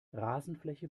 rasenfläche